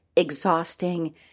exhausting